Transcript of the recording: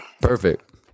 Perfect